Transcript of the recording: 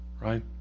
Right